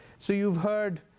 so you've heard